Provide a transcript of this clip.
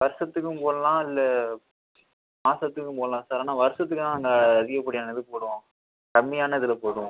வருஷத்துக்கும் போடலாம் இல்லை மாதத்துக்கும் போடலாம் சார் வருஷத்துக்கு தான் நாங்கள் அதிகப்படியான இது போடுவோம் கம்மியான இதில் போடுவோம்